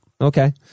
Okay